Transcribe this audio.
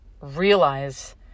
realize